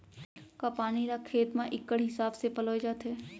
का पानी ला खेत म इक्कड़ हिसाब से पलोय जाथे?